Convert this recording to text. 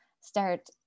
start